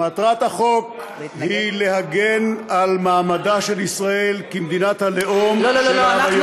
מטרת החוק היא להגן על מעמדה של ישראל כמדינת הלאום של העם היהודי.